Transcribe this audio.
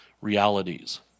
realities